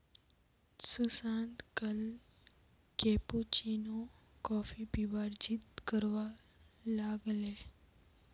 सुशांत कल cappuccino coffee पीबार जिद्द करवा लाग ले